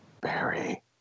Barry